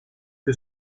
que